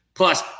Plus